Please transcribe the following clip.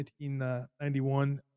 1991